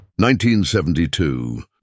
1972